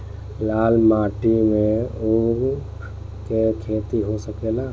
लाल माटी मे ऊँख के खेती हो सकेला?